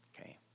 Okay